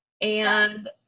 and-